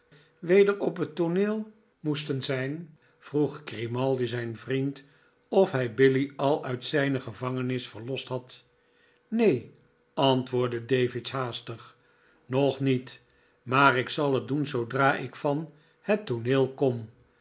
weder op het tooneel moesten zyn vroeg grijozep grimaldi maldi zijn vriend of hij billy al uit zijne gevangenis verlost had neen antwoordde davidge haastig nog niet maar ik zal het doen zoodra ik van het tooneel kom